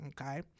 Okay